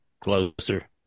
closer